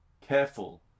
careful